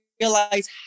Realize